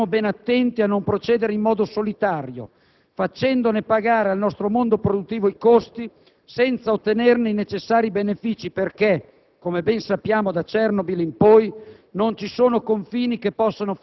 Lavoriamo per convincere tutti, ne siamo convinti, ma stiamo ben attenti a non procedere in modo solitario, facendone pagare al nostro mondo produttivo i costi senza ottenerne i necessari benefici perché,